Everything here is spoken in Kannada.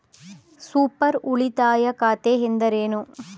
ಸೂಪರ್ ಉಳಿತಾಯ ಖಾತೆ ಎಂದರೇನು?